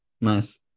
Nice